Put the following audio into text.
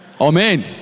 Amen